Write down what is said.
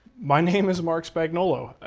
my name is marc spagnuolo,